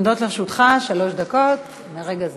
עומדות לרשותך שלוש דקות מרגע זה.